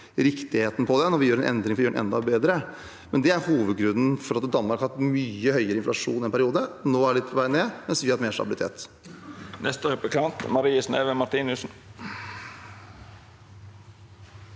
riktigheten av dette, når vi gjør en endring for å gjøre den enda bedre. Men det er hovedgrunnen til at Danmark hatt mye høyere inflasjon en periode. Nå er den litt på vei ned, mens vi har hatt mer stabilitet.